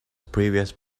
previous